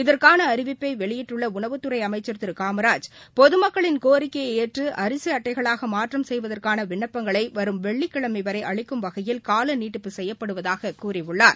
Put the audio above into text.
இதற்கானஅறிவிப்பைவெளியிட்டுள்ளஉணவுத் துறைஅமைச்சர் திருகாமராஜ் பொதுமக்களின் கோரிக்கையைஏற்றுஅரிசிஅட்டைகளாகமாற்றம் செய்வதற்கானவிண்ணப்பங்களைவரும் வெள்ளிக்கிழமைவரைஅளிக்கும் வகையில் காலநீட்டிப்பு செய்யப்படுவதாககூறியுள்ளார்